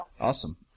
Awesome